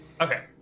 Okay